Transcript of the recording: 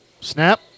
Snap